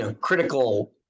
critical